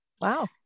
wow